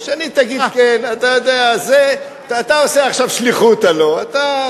מאיר שטרית לא עברה את הקריאה הטרומית וירדה